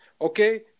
Okay